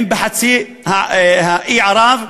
הן בחצי האי ערב,